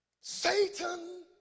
Satan